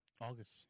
August